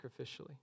sacrificially